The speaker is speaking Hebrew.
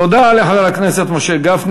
תודה לחבר הכנסת משה גפני.